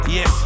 Yes